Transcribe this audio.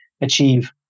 achieve